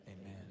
Amen